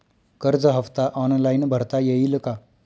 कर्ज हफ्ता ऑनलाईन भरता येईल का?